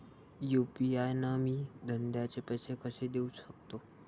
UPI न मी धंद्याचे पैसे कसे देऊ सकतो?